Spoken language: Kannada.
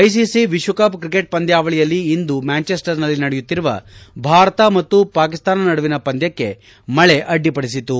ಐಸಿಸಿ ವಿಶ್ವಕಪ್ ಕ್ರಿಕೆಟ್ ಪಂದ್ಲಾವಳಿಯಲ್ಲಿ ಇಂದು ಮ್ಲಾಂಚೆಸರ್ನಲ್ಲಿ ನಡೆಯುತ್ತಿರುವ ಭಾರತ ಮತ್ತು ಪಾಕಿಸ್ತಾನ ನಡುವಿನ ಪಂದ್ಲಕ್ಷೆ ಮಳೆ ಅಡ್ಡಿಪಡಿಸಿತು